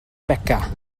beca